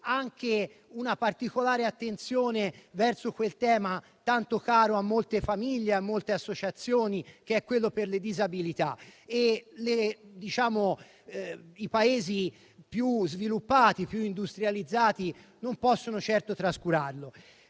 anche una particolare attenzione verso quel tema tanto caro a molte famiglie, a molte associazioni, ovvero quello delle disabilità che i Paesi più sviluppati, più industrializzati, non possono certo trascurare.